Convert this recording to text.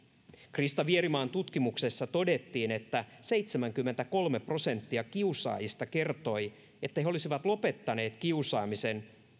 krista vierimaan tutkimuksessa todettiin että seitsemänkymmentäkolme prosenttia kiusaajista kertoi että he olisivat lopettaneet kiusaamisen